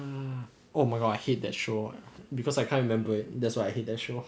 um oh my god I hate that show because I can't remember it that's why I hate the show